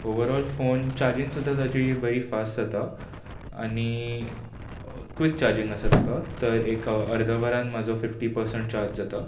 overall phone charging सुद्दां तेची बरी फास्ट जाता आनी क्विक चार्जिंग आसा ताका तर एक अर्दवरान म्हजो फिफ्टी पर्संट चार्ज जाता